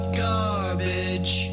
garbage